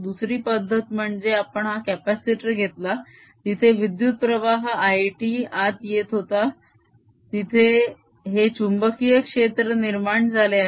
दुसरी पद्दत म्हणजे आपण हा कप्यासीटर घेतला तिथे विद्युत्प्रवाह I t आत येत होता आणि तिथे हे चुंबकीय क्षेत्र निर्माण झाले होते